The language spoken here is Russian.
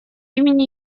имени